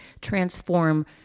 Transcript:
transform